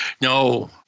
no